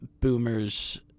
boomers